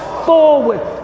forward